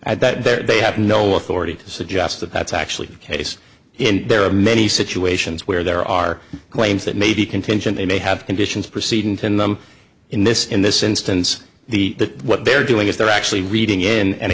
at that there they have no authority to suggest that that's actually the case and there are many situations where there are claims that may be contingent they may have conditions proceeding to them in this in this instance the what they're doing is they're actually reading in an